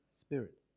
Spirit